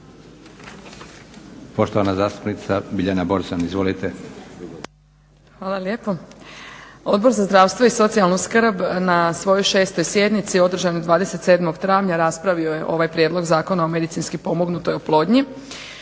Poštovana zastupnica Biljana Borzan, izvolite. **Borzan, Biljana (SDP)** Hvala lijepo. Odbor za zdravstvo i socijalnu skrb na svojoj 6. sjednici održanoj 27. travnja raspravio je ovaj Prijedlog zakona o medicinski pomognutoj oplodnji.